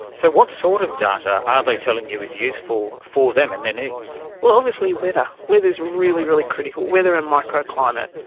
so what sort of data are they telling you is useful for them and their needs? well, obviously weather. weather is really, really critical, weather and microclimate.